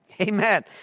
Amen